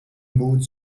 mood